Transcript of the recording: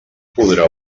podrà